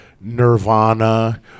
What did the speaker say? nirvana